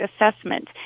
Assessment